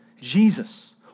Jesus